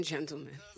Gentlemen